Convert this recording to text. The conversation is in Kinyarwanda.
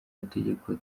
mategeko